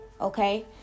okay